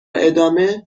ادامه